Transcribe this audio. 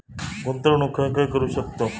गुंतवणूक खय खय करू शकतव?